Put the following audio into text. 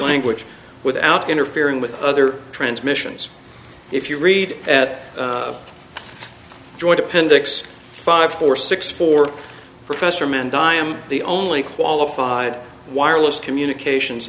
language without interfering with other transmissions if you read at the joint appendix five four six four professor men die i am the only qualified wireless communications